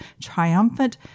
triumphant